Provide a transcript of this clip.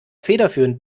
federführend